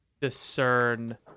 discern